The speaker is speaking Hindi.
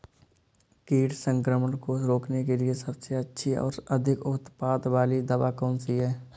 कीट संक्रमण को रोकने के लिए सबसे अच्छी और अधिक उत्पाद वाली दवा कौन सी है?